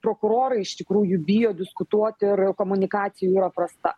prokurorai iš tikrųjų bijo diskutuot ir komunikacija jų yra prasta